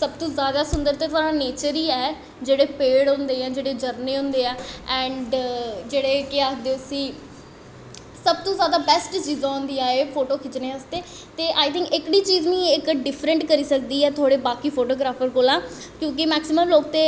सबतो जैदा सुन्दर ते नेचर ही ऐ जेह्ड़े पोर्ट होंदे ऐ जेह्ड़े झरनें होंदे न ऐंड़ जेह्ड़े केह् आखदे उस्सी सबतो जैदा बैस्ट चीजां होंदियां एह् फोटो खिच्चने आस्तै ते आई थिंक एह्कड़ी चीज़ डिफ्रैंट करी सकदी ऐ बाकियें फोटोग्राफरें कोला दा क्योंकि मैकसिमम लोग ते